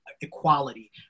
equality